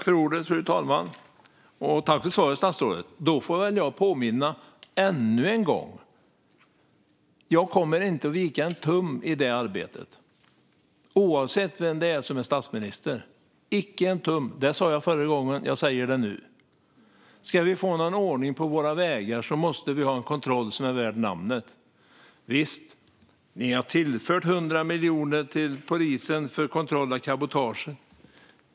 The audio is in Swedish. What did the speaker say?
Fru talman! Tack för svaret, statsrådet! Då får jag väl påminna ännu en gång: Jag kommer inte att vika en tum i det arbetet, oavsett vem det är som är statsminister. Icke en tum! Det sa jag förra gången, och jag säger det nu. Ska vi få någon ordning på våra vägar måste vi ha kontroller som är värda namnet. Visst, ni har tillfört 100 miljoner till polisen för kontroll av cabotaget.